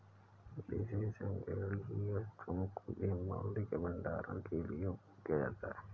विशेष संग्रहणीय वस्तुओं को भी मूल्य के भंडारण के लिए उपयोग किया जाता है